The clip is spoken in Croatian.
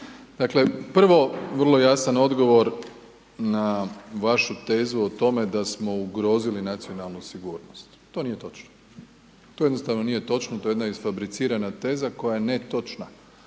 Dakle, prvo vrlo jasan odgovor na vašu tezu o tome da smo ugrozili nacionalnu sigurnost, to nije točno. To jednostavno nije točno to je jedna isfabricirana teza koja je netočna